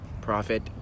profit